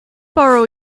borrow